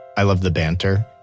i love the banter.